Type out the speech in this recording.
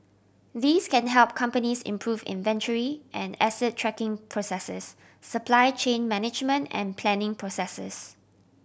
these can help companies improve inventory and asset tracking processes supply chain management and planning processes